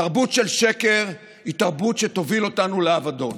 תרבות של שקר היא תרבות שתוביל אותנו לאבדון.